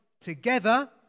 together